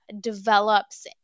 develops